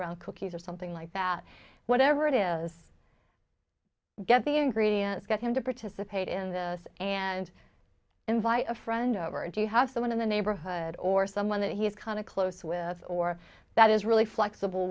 on cookies or something like that whatever it is get the ingredients get him to participate in the us and invite a friend over do you have someone in the neighborhood or someone that he's kind of close with or that is really flexible